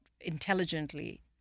intelligently